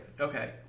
Okay